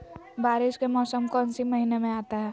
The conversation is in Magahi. बारिस के मौसम कौन सी महीने में आता है?